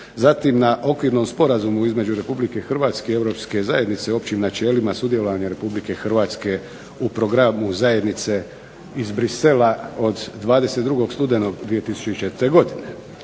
zatim na okvirnom sporazumu između Republike Hrvatske i Europske zajednice o općim načelima sudjelovanja Republike Hrvatske u programu zajednice iz Bruxellesa od 22. studenog 2004. godine.